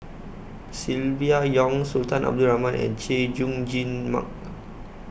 Silvia Yong Sultan Abdul Rahman and Chay Jung Jun Mark